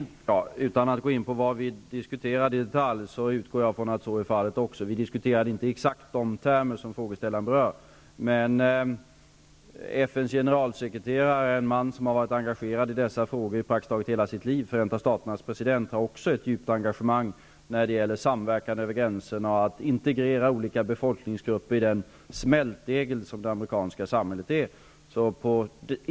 Herr talman! Utan att gå in på vad vi diskuterade i detalj utgår också jag ifrån att så är fallet. Vi diskuterade inte exakt i de termer som frågeställaren berör, men FN:s generalsekreterare har varit engagerad i dessa frågor i prak tiskt taget hela sitt liv, och Förenta Staternas president har också ett djupt engagemang när det gäller samverkan över gränserna och integrering av olika befolkningsgrupper i den smältdegel som det amerikanska samhället utgör.